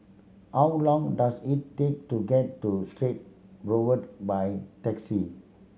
how long does it take to get to Strait Boulevard by taxi